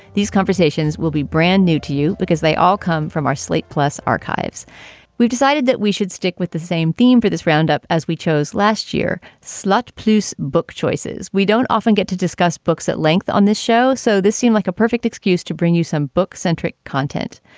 these conversations will be brand new to you because they all come from our slate plus archives we've decided that we should stick with the same theme for this roundup as we chose last year slot plus book choices. we don't often get to discuss books at length on this show, so this seemed like a perfect excuse to bring you some book centric content.